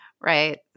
right